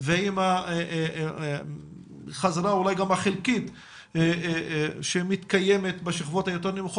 ועם החזרה החלקית שמתקיימת בשכבות היותר נמוכות